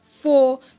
four